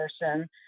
person